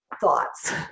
thoughts